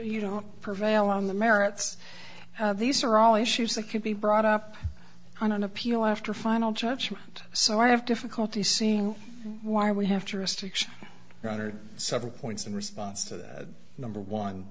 you don't prevail on the merits these are all issues that could be brought up on appeal after final judgement so i have difficulty seeing why we have touristic show runner several points in response to that number one